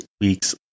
week's